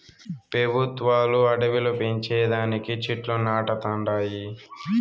పెబుత్వాలు అడివిలు పెంచే దానికి చెట్లు నాటతండాయి